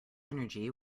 energy